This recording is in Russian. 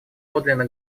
подлинно